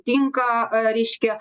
tinka reiškia